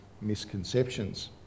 misconceptions